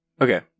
Okay